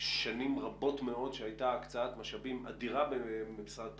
שנים רבות מאוד שהייתה הקצאת משאבים אדירה במשרד התחבורה,